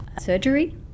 surgery